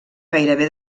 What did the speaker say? gairebé